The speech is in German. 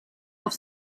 auf